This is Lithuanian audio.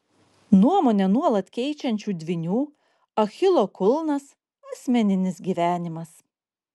nuomonę nuolat keičiančių dvynių achilo kulnas asmeninis gyvenimas